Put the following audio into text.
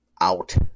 out